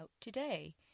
today